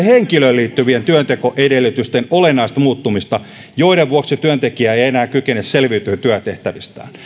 henkilöön liittyvien työntekoedellytysten olennaista muuttumista jonka vuoksi työntekijä ei enää kykene selviytymään työtehtävistään